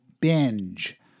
Binge